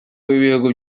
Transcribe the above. w’ibihugu